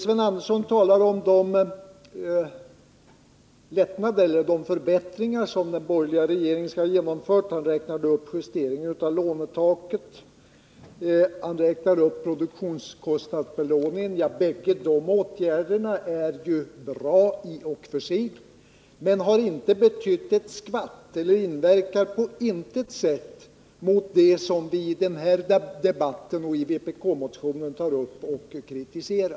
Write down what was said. Sven Andersson talade om de förbättringar som den borgerliga regeringen har genomfört och räknade upp justeringen av lånetaket och produktionskostnadsbelåningen. Båda dessa åtgärder är bra i och för sig, men de har inte betytt ett skvatt när det gäller det som har tagits upp och kritiserats i vpk-motionen och i den här debatten.